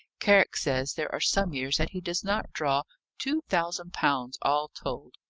carrick says there are some years that he does not draw two thousand pounds, all told.